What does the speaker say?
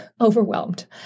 overwhelmed